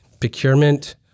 procurement